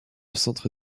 centre